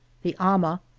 the ama,